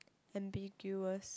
ambiguous